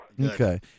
Okay